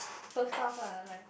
close stuff ah like